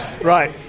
Right